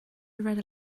read